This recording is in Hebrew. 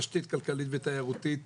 תשתית כלכלית ותיירותית,